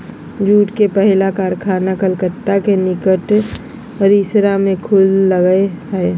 jute के पहला कारखाना कलकत्ता के निकट रिसरा में खुल लय हल